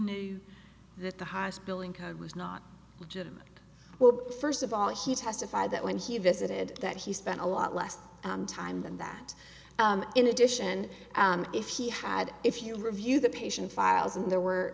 knew that the highest billing code was not jim well first of all he testified that when he visited that he spent a lot less time than that in addition if he had if you review the patient files and there were